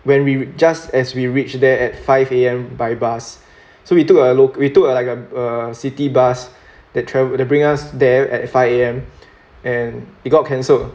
when we just as we reached there at five A_M by bus so we took a we took like a a city bus that travel that bring us there at five A_M and it got cancelled